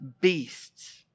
beasts